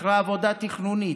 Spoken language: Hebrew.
אחרי עבודה תכנונית,